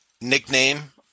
nickname